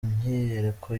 myiyereko